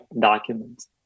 documents